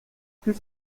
plus